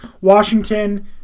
Washington